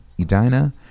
Edina